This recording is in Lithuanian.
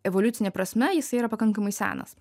evoliucine prasme jisai yra pakankamai senas